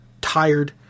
tired